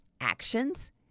actions